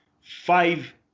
five